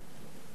6),